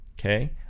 okay